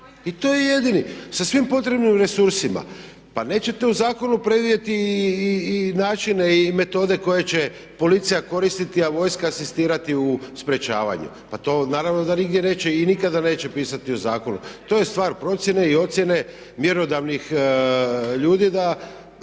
I to je jedini sa svim potrebnim resursima. Pa nećete u zakonu predvidjeti i načine i metode koje će policija koristiti a vojska asistirati u sprječavanju. Pa to naravno da nigdje neće i nikada neće pisati u zakonu. To je stvar procjene i ocjene mjerodavnih ljudi da